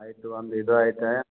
ಆಯಿತು ಒಂದು ಇದು ಆಯ್ತು ಆಂ